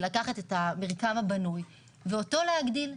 לקחת את המרקם הבנוי ואותו להגדיל,